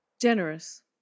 Generous